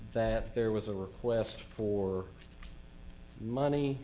that there was a request for money